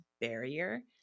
barrier